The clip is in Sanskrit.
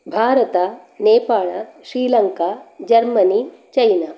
भारतं नेपालं श्रीलङ्का जर्मनी चैना